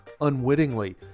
unwittingly